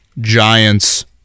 Giants